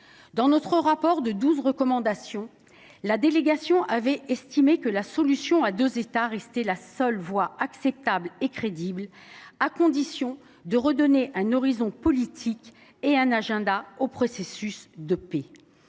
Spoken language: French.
où figurent douze recommandations, la délégation a estimé que la solution à deux États restait la seule voie acceptable et crédible, à condition de redonner un horizon politique et un agenda au processus de paix.